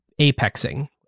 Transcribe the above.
apexing